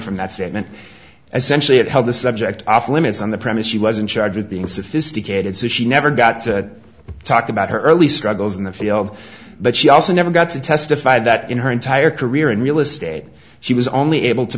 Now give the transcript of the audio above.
from that statement as senshi it how the subject off limits on the premise she was in charge of being sophisticated so she never got to talk about her early struggles in the field but she also never got to testify that in her entire career in real estate she was only able to